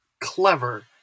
clever